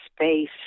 space